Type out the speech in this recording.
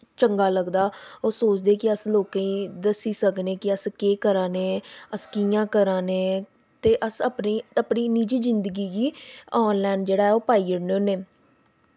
चंगा लगदा ओह् सोचदे कि अस लोकें गी दस्सी सकनें कि अस केह् करा नें अस कि'यां करा'रनें ते अस अपनी निजि जिंदगी गी आनलाइन जेह्ड़ा पाई ओड़ने होन्नें